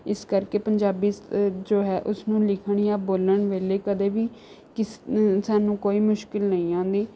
ਇਸ ਕਰਕੇ ਪੰਜਾਬੀ ਜੋ ਹੈ ਉਸਨੂੰ ਲਿਖਣ ਜਾਂ ਬੋਲਣ ਵੇਲੇ ਕਦੇ ਵੀ ਕਿਸ ਸਾਨੂੰ ਕੋਈ ਮੁਸ਼ਕਿਲ ਨਹੀਂ ਆਉਂਦੀ